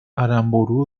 aramburu